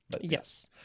Yes